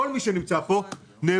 כל מי שנמצא כאן נאבק.